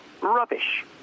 rubbish